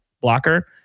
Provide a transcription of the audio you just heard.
blocker